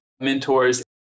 mentors